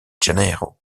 janeiro